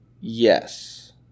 Yes